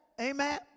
amen